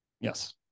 Yes